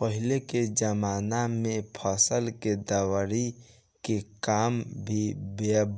पहिले के जमाना में फसल के दवरी के काम भी